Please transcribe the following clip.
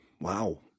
wow